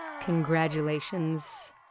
Congratulations